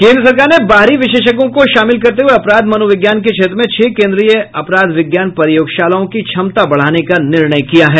केन्द्र सरकार ने बाहरी विशेषज्ञों को शामिल करते हुए अपराध मनोविज्ञान के क्षेत्र में छह केन्द्रीय अपराध विज्ञान प्रयोगशालाओं की क्षमता बढ़ाने का निर्णय किया है